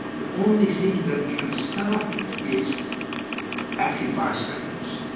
the only thing that can stop it is active bystanders,